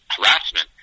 harassment